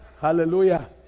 Hallelujah